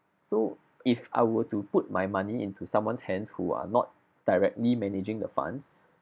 so if I were to put my money into someone's hands who are not directly managing the funds